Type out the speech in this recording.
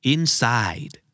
Inside